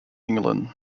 england